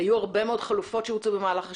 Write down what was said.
היו הרבה מאוד חלופות שהוצעו במהלך השנים,